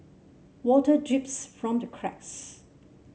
water drips from the cracks